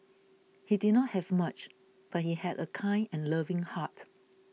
he did not have much but he had a kind and loving heart